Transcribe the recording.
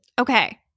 Okay